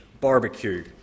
barbecue